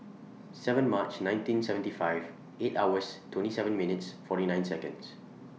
seven March nineteen seventy five eight hours twenty seven minutes forty nine Seconds